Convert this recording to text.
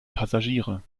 passagiere